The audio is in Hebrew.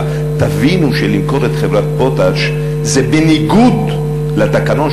תבינו שלמכור לחברת "פוטאש" זה בניגוד לתקנון,